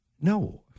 No